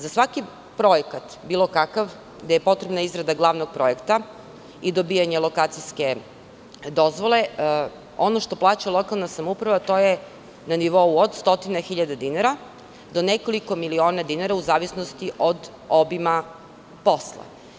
Za svaki projekat, bilo kakav, gde je potrebna izrada glavnog projekta i dobijanje lokacijske dozvole, ono što plaća lokalna samouprava to je na nivou od 100.000 dinara do nekoliko miliona dinara, u zavisnosti od obima posla.